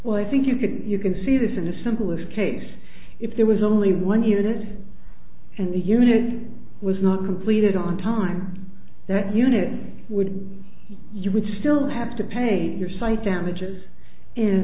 well i think you can you can see this in a similar case if there was only one unit and the unit was not completed on time that unit would you would still have to paint your site damages